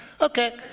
Okay